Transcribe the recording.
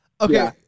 okay